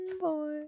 Boy